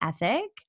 ethic